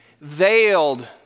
veiled